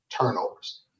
turnovers